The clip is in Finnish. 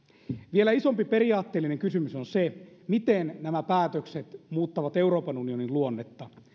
vielä isompi periaatteellinen kysymys on se miten nämä päätökset muuttavat euroopan unionin luonnetta